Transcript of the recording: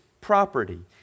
property